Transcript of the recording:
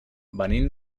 venim